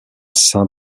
saint